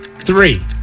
Three